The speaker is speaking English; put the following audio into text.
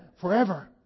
forever